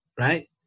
right